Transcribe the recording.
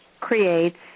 creates